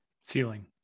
ceiling